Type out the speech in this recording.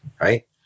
right